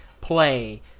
play